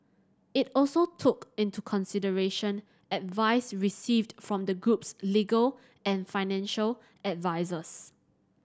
it also took into consideration advice received from the group's legal and financial advisers